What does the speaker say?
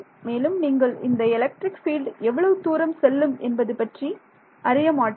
மேலும் நீங்கள் இந்த எலக்ட்ரிக் பீல்ட் எவ்வளவு தூரம் செல்லும் என்பது பற்றி அறிய மாட்டீர்கள்